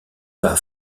pas